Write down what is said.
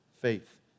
faith